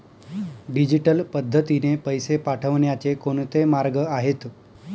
Digital पद्धतीने पैसे पाठवण्याचे कोणते मार्ग आहेत?